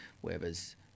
whereas